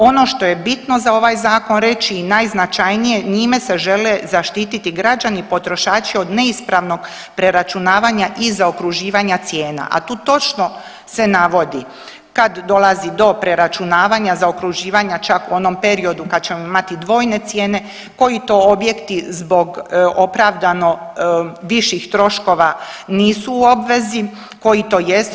Ono što je bitno za ovaj zakon reći i najznačajnije, njime se žele zaštiti građani potrošači od neispravnog preračunavanja i zaokruživanja cijena, a tu točno se navodi kad dolazi do preračunavanja, zaokruživanja čak u onom periodu kad ćemo imati dvojne cijene koji to objekti zbog opravdano viših troškova nisu u obvezi, koji to jesu.